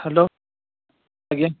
hello ଆଜ୍ଞା